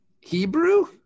Hebrew